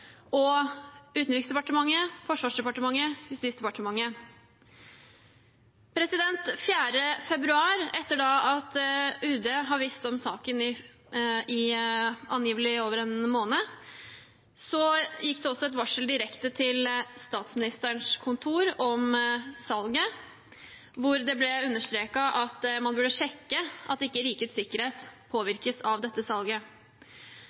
Utenriksdepartementet, Forsvarsdepartementet og Justisdepartementet. Den 4. februar, etter at UD hadde visst om saken i angivelig over en måned, gikk det også et varsel direkte til Statsministerens kontor om salget, hvor det ble understreket at man burde sjekke at ikke rikets sikkerhet ville bli påvirket av dette salget.